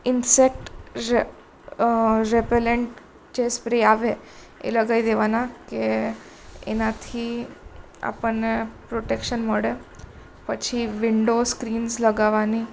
insect re repellent જે spray આવે એ લગાવી દેવાના કે એનાથી આપણને પ્રોટેક્શન મળે પછી વિન્ડોસ સ્ક્રીન લગાવવાની